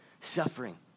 suffering